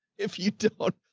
if you do, but